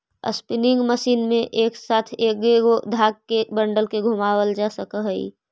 spinning machine में एक साथ कएगो धाग के बंडल के घुमावाल जा सकऽ हई